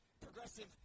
Progressive